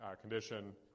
condition